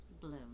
Bloom